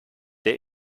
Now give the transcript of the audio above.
der